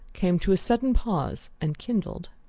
came to a sudden pause and kindled.